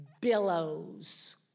billows